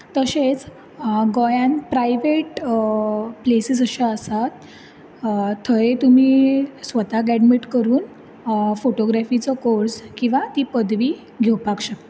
तशेंच गोंयांत private places अश्यो आसात थंय तुमी स्वताक एडमीट करून फोटोग्रेफीचो कोर्स किंवा ती पदवी घेवपाक शकतात